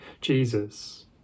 Jesus